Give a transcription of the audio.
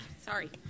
Sorry